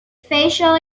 facial